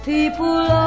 People